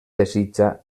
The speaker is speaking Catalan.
desitja